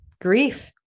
grief